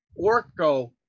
Orko